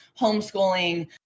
homeschooling